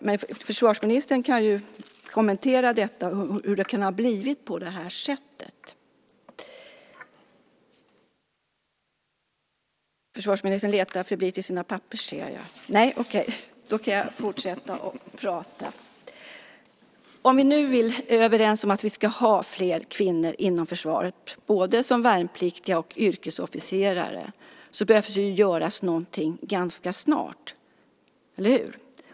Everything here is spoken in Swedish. Men försvarsministern kan ju kommentera hur det kan ha blivit på det här sättet. Om vi nu är överens om att vi ska ha fler kvinnor inom försvaret, både som värnpliktiga och som yrkesofficerare, så behöver något göras ganska snart - eller hur?